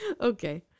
Okay